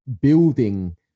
building